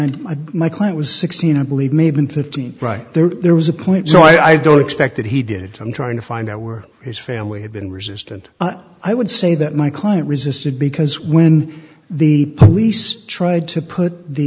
i my client was sixteen i believe may have been fifteen right there there was a point so i don't expect that he did i'm trying to find out were his family had been resistant i would say that my client resisted because when the police tried to put the